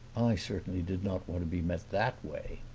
i certainly did not want to be met that way.